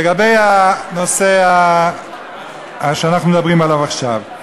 לגבי הנושא שאנחנו מדברים עליו עכשיו,